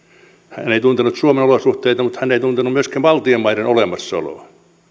hän ei tuntenut suomen olosuhteita mutta hän ei tuntenut myöskään baltian maiden olemassaoloa